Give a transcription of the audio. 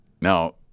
Now